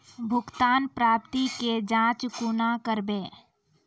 भुगतान प्राप्ति के जाँच कूना करवै?